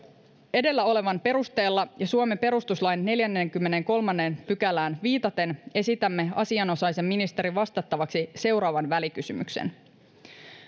edellä olevan perusteella ja suomen perustuslain neljänteenkymmenenteenkolmanteen pykälään viitaten esitämme asianomaisen ministerin vastattavaksi seuraavan välikysymyksen